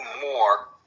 more